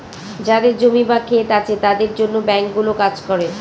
যাদের জমি বা ক্ষেত আছে তাদের জন্য ব্যাঙ্কগুলো কাজ করে